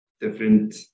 different